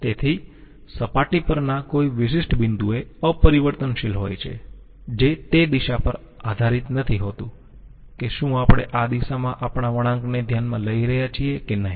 તેથી સપાટી પરના કોઈ વિશિષ્ટ બિંદુએ અપરિવર્તનશીલ હોય છે જે તે દિશા પર આધારીત નથી હોતું કે શું આપણે આ દિશામાં આપણા વળાંકને ધ્યાનમાં લઈ રહ્યા છીએ કે નહિ